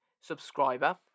subscriber